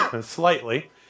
slightly